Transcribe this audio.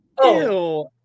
Ew